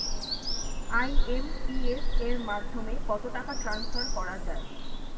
IMPS এর মাধ্যমে কত টাকা ট্রান্সফার করা যায়?